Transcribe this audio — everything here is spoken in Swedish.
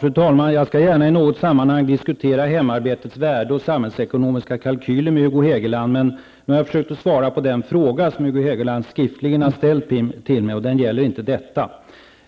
Fru talman! Jag skall gärna i något sammanhang diskutera hemarbetets värde och samhällsekonomiska kalkyler med Hugo Hegeland, men nu har jag försökt att svara på den fråga som Hugo Hegeland skriftligen har ställt till mig, och den gäller inte detta.